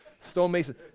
stonemason